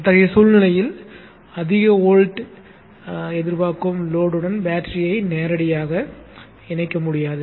அத்தகைய சூழ்நிலையில் அதிக வோல்ட் எதிர்பார்க்கும் லோடுடன் பேட்டரியை நேரடியாக இணைக்க முடியாது